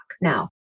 Now